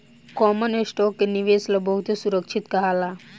common stock के निवेश ला बहुते सुरक्षित कहाला